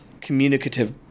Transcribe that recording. communicative